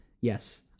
Yes